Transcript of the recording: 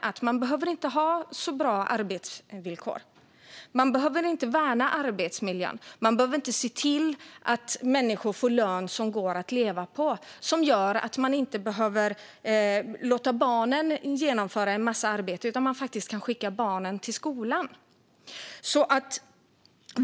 Då behöver de inte ha så bra arbetsvillkor, de behöver inte värna arbetsmiljön eller se till att människor får en lön de kan leva på så att de kan skicka barnen till skolan i stället för att barnen ska arbeta.